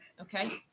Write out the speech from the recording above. Okay